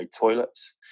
toilets